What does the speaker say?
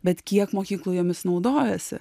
bet kiek mokyklų jomis naudojasi